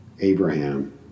Abraham